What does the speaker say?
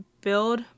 build